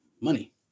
money